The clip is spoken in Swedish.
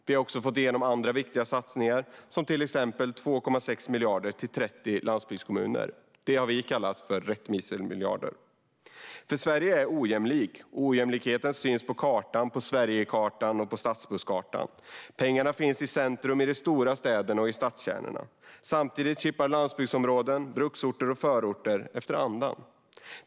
Vi har också fått igenom andra viktiga satsningar, till exempel 2,6 miljarder till 30 landsbygdskommuner. Det har vi kallat för rättvisemiljarder. Sverige är nämligen ojämlikt, och ojämlikheten syns på kartan - både på Sverigekartan och på stadsbusskartan. Pengarna finns i centrum, i de stora städerna och i stadskärnorna. Samtidigt kippar landsbygdsområden, bruksorter och förorter efter andan.